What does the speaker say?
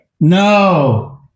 No